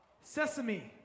Sesame